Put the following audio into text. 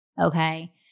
Okay